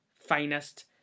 finest